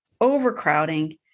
overcrowding